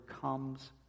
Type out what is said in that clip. comes